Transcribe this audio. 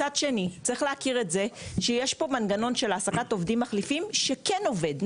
צריך להכיר בכך שיש פה מנגנון של העסקת עובדים מחליפים שכן עובד.